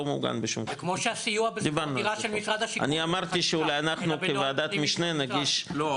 לא מוגן בשום- אני אמרתי שאנחנו כוועדת משנה נגיש --- לא,